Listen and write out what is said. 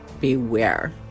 beware